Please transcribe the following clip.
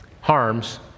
harms